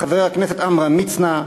לחבר הכנסת עמרם מצנע,